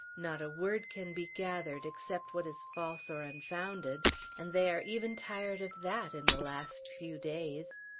not a word can be gathered, except what is false or unfounded and they are even tired of that, in the last few days.